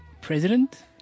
president